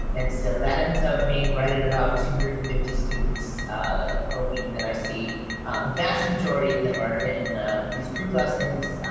and so that ends up being right at about two hundred and fifty students a week that i see. the vast majority of them are in these group lessons.